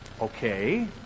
Okay